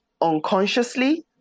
unconsciously